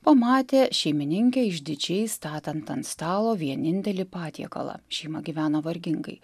pamatė šeimininkę išdidžiai statant ant stalo vienintelį patiekalą šeima gyveno vargingai